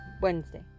Wednesday